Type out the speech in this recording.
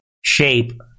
shape